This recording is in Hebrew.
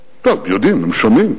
טוב, הם יודעים, הם שומעים,